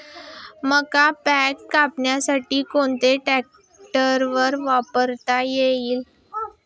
मका पिके कापण्यासाठी कोणता ट्रॅक्टर वापरता येईल?